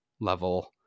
level